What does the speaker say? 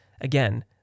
again